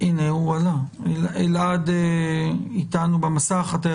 את ההזדמנות למשפט?